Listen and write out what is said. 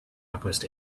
alchemist